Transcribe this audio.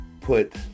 put